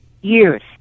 years